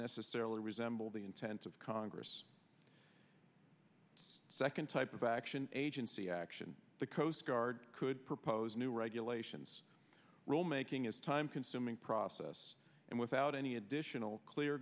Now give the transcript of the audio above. necessarily resemble the intent of congress second type of action agency action the coast guard could propose new regulations rulemaking is time consuming process and without any additional clear